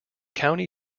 county